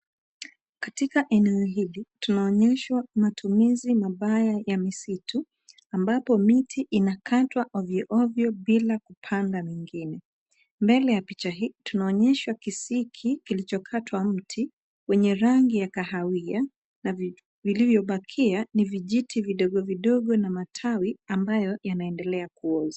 Katika eneo hili tunaonyeshwa matumizi mabaya ya misitu ambapo miti inakatwa ovyo, ovyo bila kupanda mingine. Mbele ya picha hii tunaonyeshwa kisiki kilichokatwa mti wenye rangi ya kahawia na vilivyobakia ni vijiti vidogo vidogo na matawi ambayo yanaendelea kuoza.